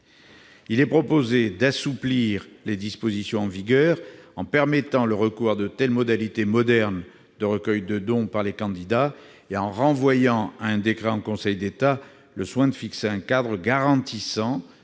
Il est proposé d'assouplir les dispositions en vigueur en permettant le recours à une telle modalité moderne de recueil de dons par les candidats et en renvoyant à un décret en Conseil d'État le soin de fixer un cadre garantissant